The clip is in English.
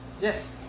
Yes